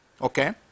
Okay